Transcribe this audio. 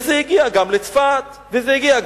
וזה הגיע גם לצפת ולחברון.